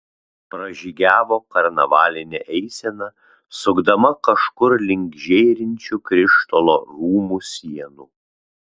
pražygiavo karnavalinė eisena sukdama kažkur link žėrinčių krištolo rūmų sienų